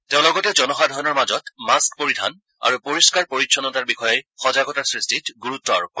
তেওঁ লগতে জনসাধাৰণৰ মাজত মাস্ক পৰিধান আৰু পৰিষ্কাৰ পৰিচ্ছন্নতাৰ বিষয়ে সজাগতা সৃষ্টিত গুৰুত্ব আৰোপ কৰে